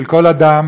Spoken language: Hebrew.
של כל אדם,